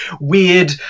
weird